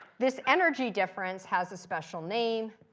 this energy difference has a special name.